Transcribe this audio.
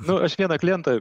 nu aš vieną klientą